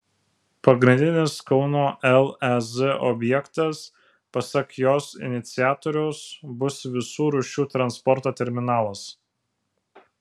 pagrindinis kauno lez objektas pasak jos iniciatoriaus bus visų rūšių transporto terminalas